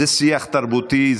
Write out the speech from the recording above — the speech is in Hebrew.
זה שיח תרבותי,